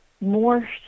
more